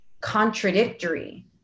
contradictory